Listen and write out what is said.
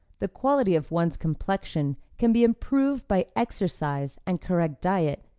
the quality of one's complexion can be improved by exercise and correct diet,